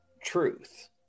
truth